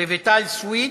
רויטל סויד.